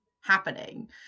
happening